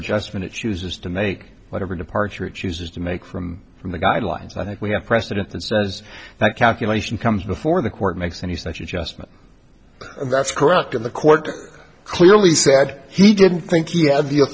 adjustment it chooses to make whatever departure it chooses to make from from the guidelines i think we have precedent that says that calculation comes before the court makes any sense you just me that's correct in the court clearly said he didn't think you have